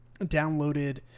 downloaded